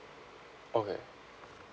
okay